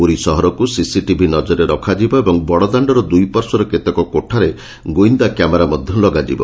ପୁରୀ ସହରକୁ ସିସିଟିଭି ନକରରେ ରଖାଯିବ ଏବଂ ବଡ଼ ଦାଣ୍ଡର ଦୁଇ ପାର୍ଶ୍ୱର କେତେକ କୋଠାରେ ଗୁଇନ୍ଦା କ୍ୟାମେରା ମଧ୍ଧ ଲଗାଯିବ